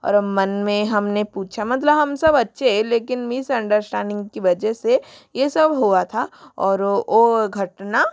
और हम मन में हम ने पूछा मतलब हम सब अच्छे हैं लेकिन मिसअंडरश्टैंडिंग की वजह से ये सब हुआ था और वो घटना